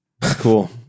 cool